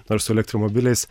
nors su elektromobiliais